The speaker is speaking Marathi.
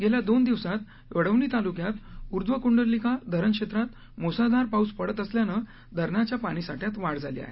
गेल्या दोन दिवसांत वडवणी तालुक्यात ऊर्ध्व कुंडलिका धरणक्षेत्रात मुसळधार पाऊस पडत असल्यानं धरणाच्या पाणी साठ्यात वाढ झाली आहे